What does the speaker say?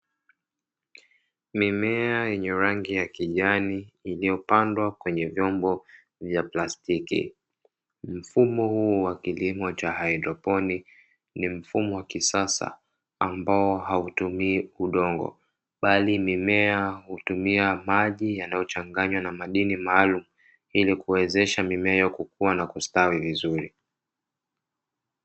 Mimea yenye rangi ya kijani iliyopandwa kwenye vyombo vya plastiki, mfumo huu wa kilimo cha haidroponi ni mfumo wa kisasa ambao hautumii udongo bali mimea hutumia maji yanayochanganywa na madini maalumu ili kuwezesha mimea kukua na kustawi vizuri.